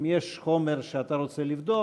אם יש חומר שאתה רוצה לבדוק,